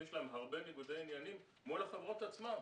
יש להם הרבה ניגודי עניינים מול החברות עצמן.